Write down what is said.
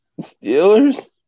Steelers